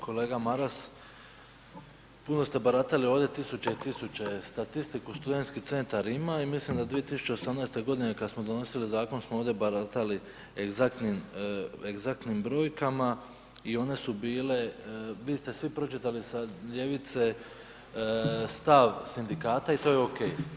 Kolega Maras puno ste baratali ovdje, tisuće i tisuće statistiku studentski centar ima i mislim a 2018. godine kad smo donosili zakon smo ovdje baratali egzaktnim egzaktnim brojkama i one su bile, vi ste svi pročitali sa ljevice stav sindikata i to je ok.